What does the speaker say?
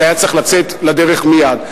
זה היה צריך לצאת לדרך מייד.